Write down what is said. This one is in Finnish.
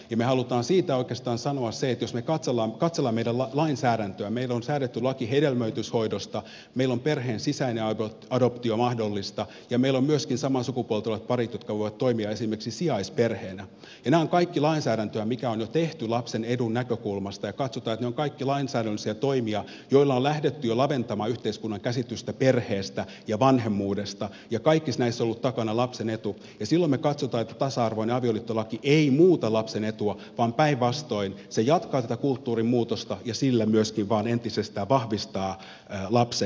me haluamme siitä sanoa sen että jos me katselemme meidän lainsäädäntöämme meillä on säädetty laki hedelmöityshoidosta meillä on perheen sisäinen adoptio mahdollista ja meillä on myöskin samaa sukupuolta olevat parit jotka voivat toimia esimerkiksi sijaisperheenä nämä ovat kaikki lainsäädäntöä joka on jo tehty lapsen edun näkökulmasta ja katsomme että ne ovat kaikki lainsäädännöllisiä toimia joilla on jo lähdetty laventamaan yhteiskunnan käsitystä perheestä ja vanhemmuudesta ja kaikissa näissä on ollut takana lapsen etu ja silloin me katsomme että tasa arvoinen avioliittolaki ei muuta lapsen etua vaan päinvastoin se jatkaa tätä kulttuurin muutosta ja siten myöskin vain entisestään vahvistaa lapsen etua